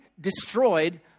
destroyed